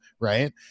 right